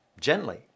gently